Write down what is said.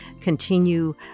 continue